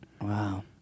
Wow